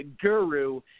guru